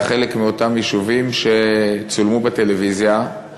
אחד מאותם יישובים שצולמו בטלוויזיה.